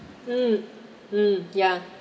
mm mm ya